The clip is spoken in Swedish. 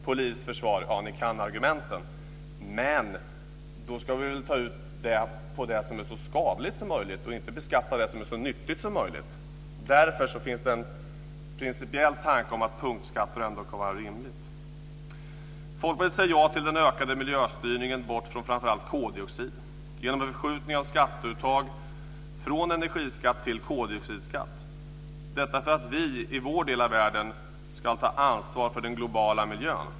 Polis, försvar - ja, ni kan argumenten. Men då ska vi väl ta ut skatt på det som är så skadligt som möjligt och inte beskatta det som är så nyttigt som möjligt. Därför finns det en principiell tanke om att punktskatter ändå kan vara rimligt. Folkpartiet säger ja till den ökade miljöstyrningen bort från framför allt koldioxid genom en förskjutning av skatteuttag från energiskatt till koldioxidskatt, detta för att vi i vår del av världen ska ta ansvar för den globala miljön.